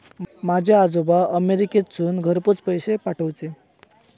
माझे आजोबा अमेरिकेतसून घरपोच पैसे पाठवूचे